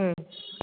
हम्म